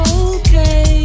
okay